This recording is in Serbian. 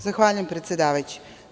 Zahvaljujem predsedavajući.